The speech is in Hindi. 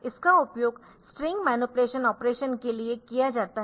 इसका उपयोग स्ट्रिंग मैनीपुलेशन ऑपरेशन के लिए किया जाता है